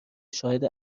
شاهد